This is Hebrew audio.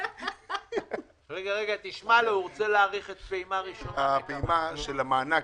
פעימה ראשונה, תושבי חוץ,